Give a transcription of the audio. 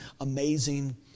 amazing